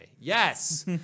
Yes